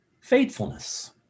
faithfulness